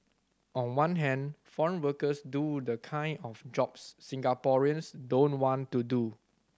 on one hand foreign workers do the kind of jobs Singaporeans don't want to do